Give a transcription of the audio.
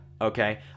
Okay